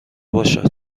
باشد